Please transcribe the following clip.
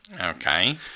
Okay